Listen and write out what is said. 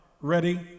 Ready